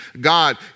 God